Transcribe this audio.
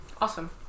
Awesome